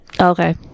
Okay